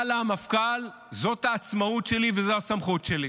ענה לה המפכ"ל: זאת העצמאות שלי וזאת הסמכות שלי.